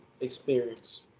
experience